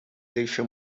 deixa